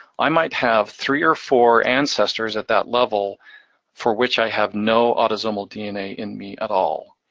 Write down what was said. i might have three or four ancestors at that level for which i have no autosomal dna in me at all.